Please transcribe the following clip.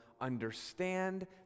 understand